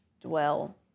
dwell